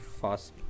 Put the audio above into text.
fast